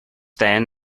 then